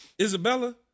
Isabella